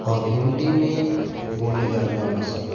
और हिंदी में बोलने चालने वाला शब्द